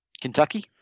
Kentucky